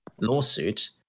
lawsuit